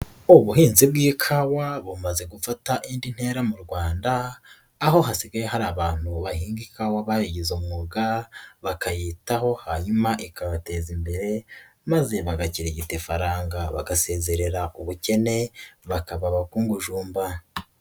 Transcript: Ubuhinzi bw'ikawa bumaze gufata indi ntera mu Rwanda, aho hasigaye hari abantu bahinga ikawa babigize umwuga bakayitaho hanyuma ikabateza imbere, maze bagakirigita ifaranga, bagasezerera ubukene bakaba abakungujumba.